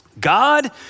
God